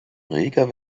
reger